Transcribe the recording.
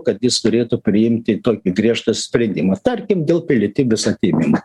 kad jis turėtų priimti tokį griežtą sprendimą tarkim dėl pilietybės atėmimo